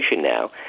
now